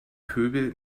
pöbel